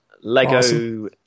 Lego